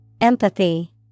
Empathy